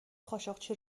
خاشقچی